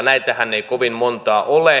näitähän ei kovin monta ole